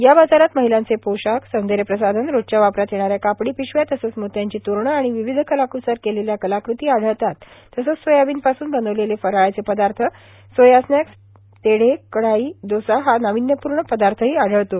या बाजारात महिलांचे पोशाख सौंदर्यप्रसाधन रोजच्या वापरात येणाऱ्या कापडी पिशव्या तसंच मोत्यांची तोरणं आणि विविध कलाक्सर केलेल्या कलाकृती आढळतात तसंच सोयाबीनपासून बनवलेले फराळाचे पदार्थ सोया स्नॅक्स तेढे कढई दोसा हा नाविन्यपूर्ण पदार्थही आढळतो